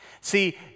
See